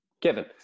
Kevin